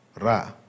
ra